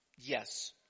Yes